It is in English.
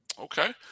Okay